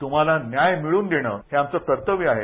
तुम्हाला न्याय मिळवून देणं हे आमचं कर्तव्य आहे